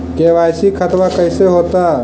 KYC खतबा कैसे होता?